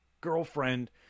girlfriend